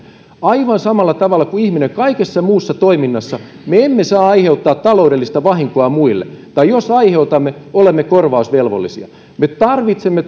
aivan samalla tavalla kuin ihmisen kaikessa muussa toiminnassa me emme saa aiheuttaa taloudellista vahinkoa muille tai jos aiheutamme olemme korvausvelvollisia me tarvitsemme